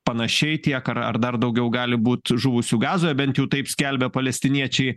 panašiai tiek ar ar dar daugiau gali būt žuvusių gazoje bent taip skelbia palestiniečiai